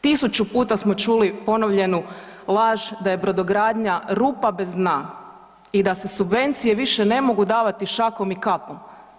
Tisuću puta smo čuli ponovljenu laž da je brodogradnja rupa bez dna i da se subvencije više ne mogu davati šakom i kapom.